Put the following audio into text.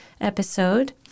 episode